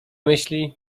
myśli